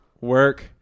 work